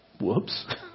Whoops